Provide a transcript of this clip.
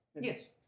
Yes